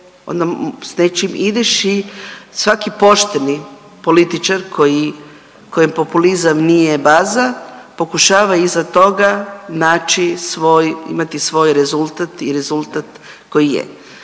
s nečim ideš i svaki pošteni političar koji, kojem populizam nije baza pokušava iza toga naći svoj, imati svoj rezultat i rezultat koji je.